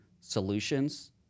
solutions